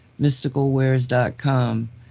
mysticalwares.com